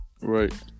Right